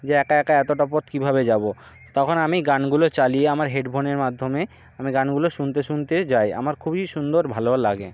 যে একা একা এতোটা পথ কীভাবে যাবো তখন আমি গানগুলো চালিয়ে আমার হেডফোনের মাধ্যমে আমি গানগুলো শুনতে শুনতে যাই আমার খুবই সুন্দর ভালো লাগে